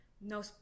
no